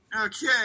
Okay